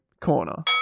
corner